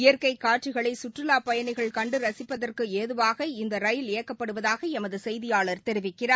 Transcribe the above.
இயற்கை காட்சிகளை கற்றலாப் பயணிகள் கண்டு ரசிப்பதற்கு ஏதுவாக இந்த ரயில் இயக்கப்படுவதாக எமது செய்தியாளர் தெரிவிக்கிறார்